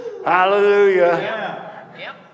hallelujah